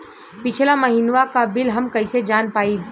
पिछला महिनवा क बिल हम कईसे जान पाइब?